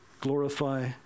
glorify